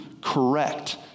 correct